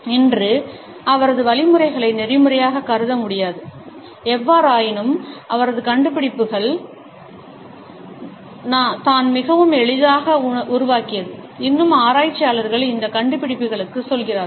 இன்று அவரது வழிமுறைகளை நெறிமுறையாகக் கருத முடியாது எவ்வாறாயினும் அவரது கண்டுபிடிப்புகள் தான் மிகவும் எளிதாக உருவாக்கியது இன்னும் ஆராய்ச்சியாளர்கள் இந்த கண்டுபிடிப்புகளுக்கு செல்கிறார்கள்